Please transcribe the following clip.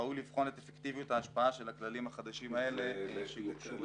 ראוי לבחון את אפקטיביות ההשפעה של הכללים החדשים האלה שגובשו בצבא.